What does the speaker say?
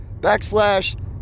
Backslash